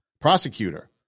Prosecutor